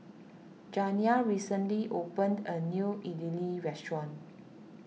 Janiah recently opened a new Idili restaurant